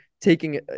taking